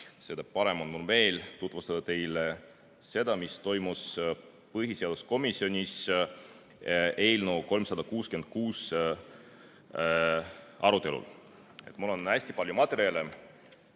seda parem meel on mul tutvustada teile seda, mis toimus põhiseaduskomisjonis eelnõu 366 arutelul. Mul on hästi palju materjale,